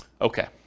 Okay